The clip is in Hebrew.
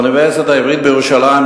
באוניברסיטה העברית בירושלים,